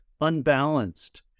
Unbalanced